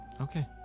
Okay